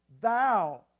thou